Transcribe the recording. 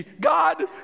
God